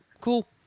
Cool